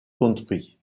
county